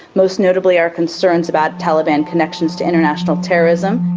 most notably our concerns about taliban connections to international terrorism.